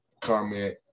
comment